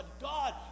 God